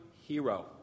hero